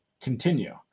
continue